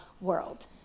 world